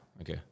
okay